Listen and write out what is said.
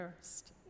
first